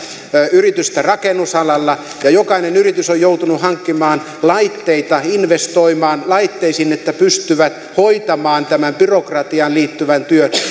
yritystä rakennusalalla ja jokainen yritys on joutunut hankkimaan laitteita investoimaan laitteisiin että pystyvät hoitamaan tämän byrokratiaan liittyvän työn